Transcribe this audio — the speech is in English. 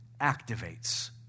activates